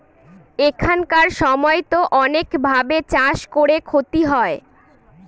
এখানকার সময়তো অনেক ভাবে চাষ করে ক্ষতি হয়